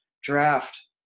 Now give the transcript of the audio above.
draft